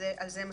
על זה מצביעים.